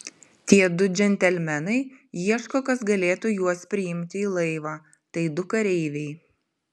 tie du džentelmenai ieško kas galėtų juos priimti į laivą tai du kareiviai